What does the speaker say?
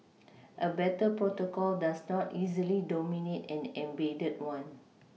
a better protocol does not easily dominate an embedded one